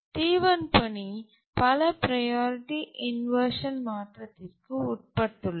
T1 பணி பல priority inversion மாற்றத்திற்கு உட்பட்டுள்ளது